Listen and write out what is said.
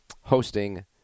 hosting